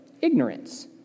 Ignorance